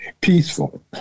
peaceful